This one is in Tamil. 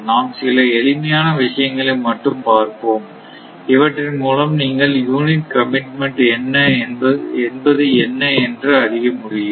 நாம் சில எளிமையான விஷயங்களை மட்டும் பார்ப்போம் இவற்றின் மூலம் நீங்கள் யூனிட் கமிட்மென்ட் என்பது என்ன என்று அறிய முடியும்